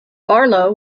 barlow